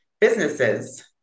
businesses